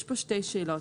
יש כאן שתי שאלות.